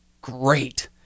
great